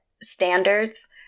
standards